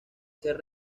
ser